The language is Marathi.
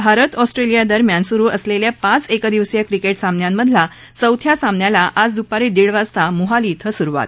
भारत आणि ऑस्ट्रेलियादरम्यान सुरू असलेल्या पाच एकदिवसीय क्रीकेट सामन्यांमधला चौथा सामन्याला आज दुपारी दीड वाजता मोहाली इथं सुरुवात